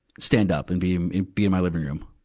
stand up and be in, be in my living room.